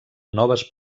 noves